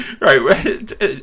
Right